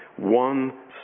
one